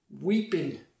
weeping